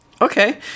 Okay